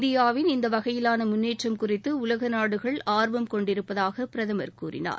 இந்தியாவின் இந்த வகையிலான முன்னேற்றம் குறித்து உலக நாடுகள் ஆர்வம் கொண்டிருப்பதாக பிரதமர் கூறினார்